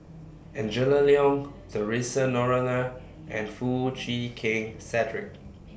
Angela Liong Theresa Noronha and Foo Chee Keng Cedric